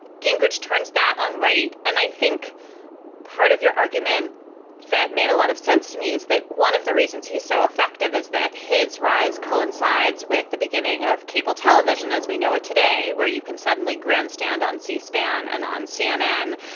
gingrich turns that on. right. and i think part of your argument that made a lot of sense to me is that one of the reasons he's so effective is that his rise coincides with the beginning of cable television as we know it today, where you can suddenly grandstand on c-span and on cnn.